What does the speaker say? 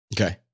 Okay